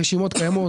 הרשימות קיימות.